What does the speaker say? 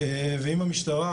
ואם המשטרה,